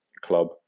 Club